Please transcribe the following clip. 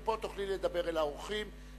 מפה תוכלי לדבר אל האורחים.